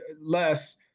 less